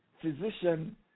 physician